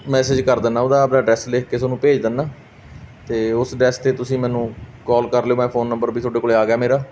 message ਕਰ ਦਿੰਦਾ ਉਹਦਾ ਆਪਣਾ ਐਡਰੈਸ ਲਿਖ ਕੇ ਤੁਹਾਨੂੰ ਭੇਜ ਦਿੰਦਾ ਤਾਂ ਉਸ ਐਡਰਸ 'ਤੇ ਤੁਸੀਂ ਮੈਨੂੰ ਕਾਲ ਕਰ ਲਿਓ ਮੈਂ ਫੋਨ ਨੰਬਰ ਵੀ ਤੁਹਾਡੇ ਕੋਲ ਆ ਗਿਆ ਮੇਰਾ